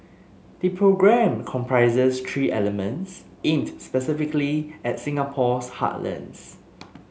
the programme comprises three elements aimed specifically at Singapore's heartlands